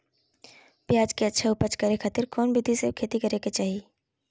प्याज के अच्छा उपज करे खातिर कौन विधि से खेती करे के चाही?